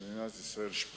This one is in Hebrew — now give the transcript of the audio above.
ישראל.